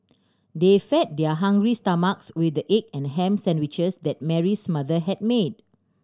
they fed their hungry stomachs with the egg and ham sandwiches that Mary's mother had made